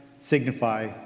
signify